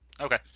Okay